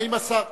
(השגה על קביעת דמי ביטוח)